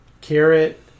Carrot